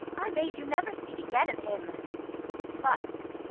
i bade you never speak again of him but,